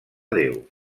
déu